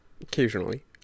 occasionally